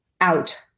out